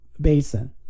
Basin